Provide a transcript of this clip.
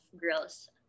girls